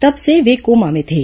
तब से वे कोमा में थे